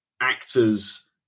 actors